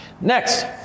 Next